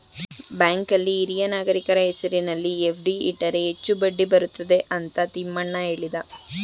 ಬ್ಯಾಂಕಲ್ಲಿ ಹಿರಿಯ ನಾಗರಿಕರ ಹೆಸರಿನಲ್ಲಿ ಎಫ್.ಡಿ ಇಟ್ಟರೆ ಹೆಚ್ಚು ಬಡ್ಡಿ ಬರುತ್ತದೆ ಅಂತ ತಿಮ್ಮಣ್ಣ ಹೇಳಿದ